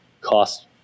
cost